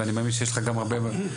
ואני מאמין שיש לך גם הרבה ידע,